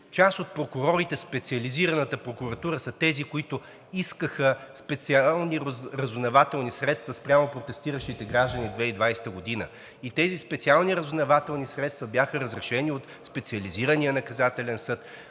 част от прокурорите в Специализираната прокуратура са тези, които искаха специални разузнавателни средства спрямо протестиращите граждани в 2020 г. Тези специални разузнавателни средства бяха разрешени от Специализирания наказателен съд.